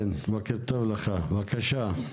כן, בוקר טוב לך, בבקשה.